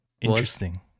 interesting